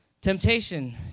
Temptation